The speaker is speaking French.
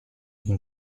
une